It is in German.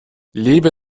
lebe